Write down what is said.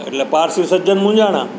એટલે પારસી સજ્જન મૂંઝાયા